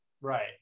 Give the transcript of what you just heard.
Right